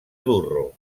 durro